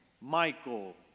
Michael